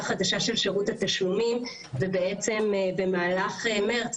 חדשה של שירות התשלומים ובעצם במהלך מרץ,